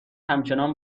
همچنان